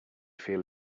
feel